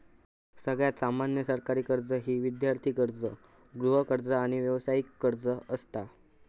सगळ्यात सामान्य सरकारी कर्जा ही विद्यार्थी कर्ज, गृहकर्ज, आणि व्यावसायिक कर्ज असता